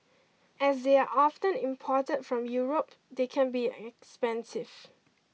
as they are often imported from Europe they can be expensive